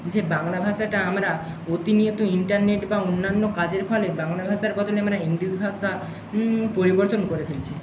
যে বাংলা ভাষাটা আমরা প্রতিনিয়ত ইন্টারনেট বা অন্যান্য কাজের ফলে বাংলা ভাষার বদলে আমরা ইংলিশ ভাষা পরিবর্তন করে ফেলছি